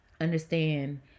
Understand